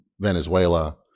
Venezuela